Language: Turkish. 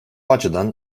açıdan